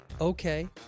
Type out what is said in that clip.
Okay